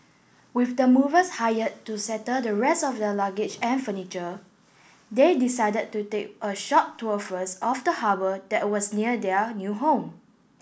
with the movers hired to settle the rest of their luggage and furniture they decided to take a short tour first of the harbour that was near their new home